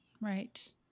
Right